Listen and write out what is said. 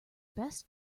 best